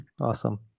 awesome